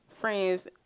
friends